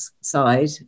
side